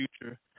future